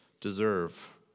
deserve